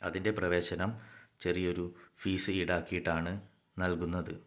അതിൻ്റെ പ്രവേശനം ചെറിയൊരു ഫീസ് ഈടാക്കിയിട്ടാണ് നൽകുന്നത്